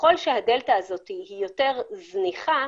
ככל שהדלתא הזו יותר זניחה,